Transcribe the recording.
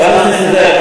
חבר הכנסת זאב,